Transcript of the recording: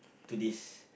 to this